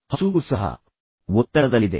ಹಸುವೂ ಸಹ ಒತ್ತಡದಲ್ಲಿದೆ